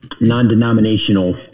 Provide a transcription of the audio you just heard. non-denominational